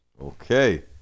okay